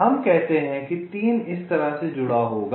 हम कहते हैं कि 3 इस तरह से जुड़ा होगा